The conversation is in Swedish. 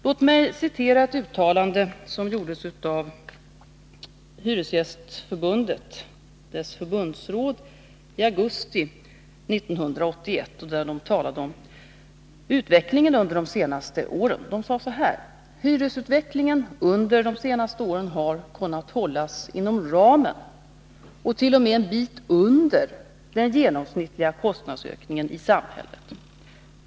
Låt mig återge ett uttalande som gjorts av Hyresgästernas riksförbund, dess förbundsråd, i augusti 1981 om utvecklingen under de senaste åren: ”Hyresutvecklingen under de senaste åren har kunnat hållas inom ramen och t.o.m. en bit under den genomsnittliga kostnadsökningen i samhället.